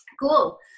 Cool